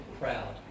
proud